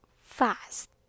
fast